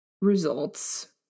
results